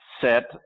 set